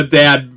dad